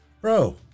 Bro